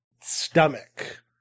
stomach